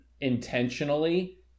intentionally